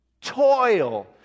toil